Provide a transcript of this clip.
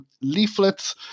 leaflets